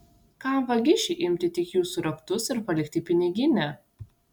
kam vagišiui imti tik jūsų raktus ir palikti piniginę